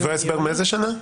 דברי הסבר מאיזה שנה?